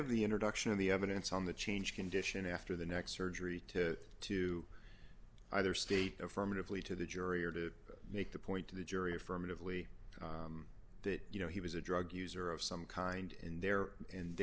of the introduction of the evidence on the changed condition after the next surgery to to either state of ferment of lead to the jury or to make the point to the jury affirmatively that you know he was a drug user of some kind in there and